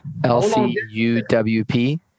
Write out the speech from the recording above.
LCUWP